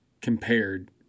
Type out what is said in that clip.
compared